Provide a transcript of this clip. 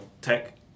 tech